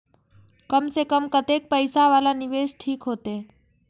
कम से कम कतेक पैसा वाला निवेश ठीक होते?